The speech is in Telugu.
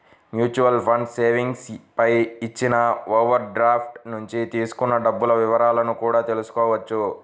మ్యూచువల్ ఫండ్స్ సేవింగ్స్ పై ఇచ్చిన ఓవర్ డ్రాఫ్ట్ నుంచి తీసుకున్న డబ్బుల వివరాలను కూడా తెల్సుకోవచ్చు